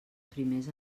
primers